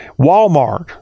Walmart